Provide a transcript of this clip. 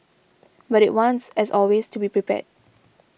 but it wants as always to be prepared